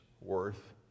worth